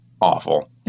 awful